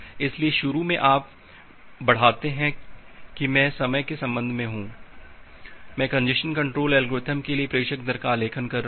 इसलिए शुरू में आप बढ़ाते हैं कि मैं समय के संबंध में हूं मैं कंजेस्शन कंट्रोल एल्गोरिथ्म के लिए प्रेषक दर का आलेखन कर रहा हूं